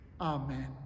Amen